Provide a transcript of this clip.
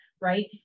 right